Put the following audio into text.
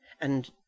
And